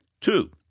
Two